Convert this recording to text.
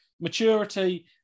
maturity